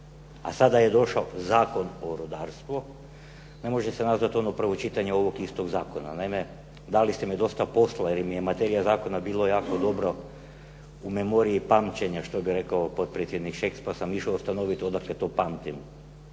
a sada je došao Zakon o rudarstvu. Ne može se nazvati ono prvo čitanje ovog istog zakona. Naime, dali ste mi dosta posla jer im je materija zakona bila jako dobro u memoriji pamćenja što bi rekao potpredsjednik Šeks pa sam išao ustanoviti odakle to pamtim.